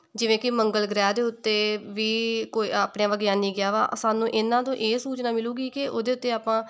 ਜਿਵੇਂ ਕਿ ਮੰਗਲ ਗ੍ਰਹਿ ਦੇ ਉੱਤੇ ਵੀ ਕੋਈ ਆਪਣੇ ਵਿਗਿਆਨੀ ਗਿਆ ਵਾ ਸਾਨੂੰ ਇਹਨਾਂ ਤੋਂ ਇਹ ਸੂਚਨਾ ਮਿਲੇਗੀ ਕਿ ਉਹਦੇ ਉੱਤੇ ਆਪਾਂ